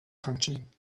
functioning